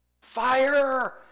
fire